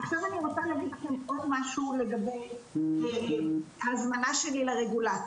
עכשיו אני רוצה להגיד כאן עוד משהו לגבי ההזמנה שלי לרגולטור,